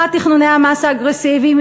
אחד, תכנוני המס האגרסיביים.